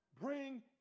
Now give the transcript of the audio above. bring